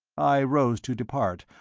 i rose to depart,